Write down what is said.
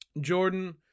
Jordan